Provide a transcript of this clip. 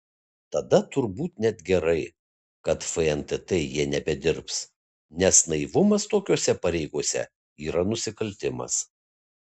tada turbūt net gerai kad fntt jie nebedirbs nes naivumas tokiose pareigose yra nusikaltimas